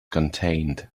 contained